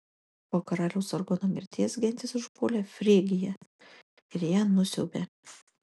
po karaliaus sargono mirties gentys užpuolė frygiją ir ją nusiaubė